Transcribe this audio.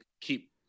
keep